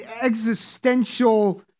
existential